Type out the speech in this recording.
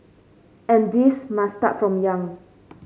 and this must start from young